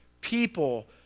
people